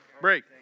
Break